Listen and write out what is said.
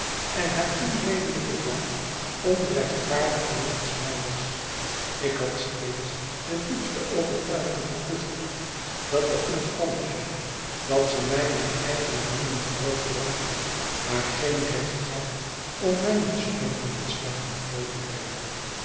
en haar onredelijken dwang onrechtvaardig jegens mij was ik had steeds de diepste overtuiging gekoesterd dat de omstandigheid dat zij mij met eigene handen groot bracht haar geen recht gaf om mij met stompen en slagen groot te brengen